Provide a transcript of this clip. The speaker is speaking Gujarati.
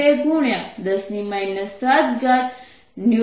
2×10 7Nm2 મળશે જે જવાબ છે